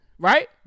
Right